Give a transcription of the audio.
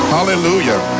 Hallelujah